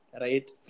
right